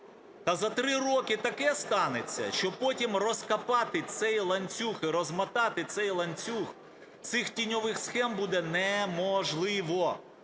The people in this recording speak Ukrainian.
Та за 3 роки таке станеться, що потім розкопати цей ланцюг і розмотати цей ланцюг цих тіньових схем буде неможливо.